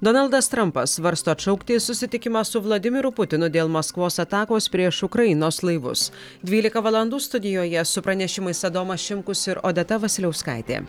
donaldas trampas svarsto atšaukti susitikimą su vladimiru putinu dėl maskvos atakos prieš ukrainos laivus dvylika valandų studijoje su pranešimais adomas šimkus ir odeta vasiliauskaitė